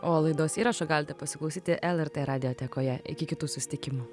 o laidos įrašo galite pasiklausyti lrt radiotekoje iki kitų susitikimų